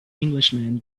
englishman